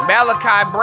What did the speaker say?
Malachi